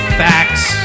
facts